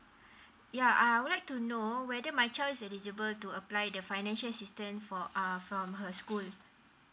yeah I would like to know whether my child is eligible to apply the financial assistant for uh from her school